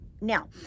now